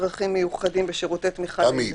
צרכים מיוחדים ושירותי תמיכה --- תמי,